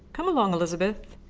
come along, elizabeth.